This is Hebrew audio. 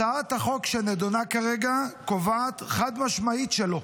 הצעת החוק שנדונה כרגע קובעת חד-משמעית שלא.